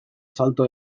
salto